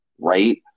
Right